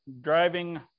driving